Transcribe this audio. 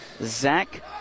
Zach